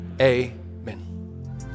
amen